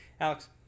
Alex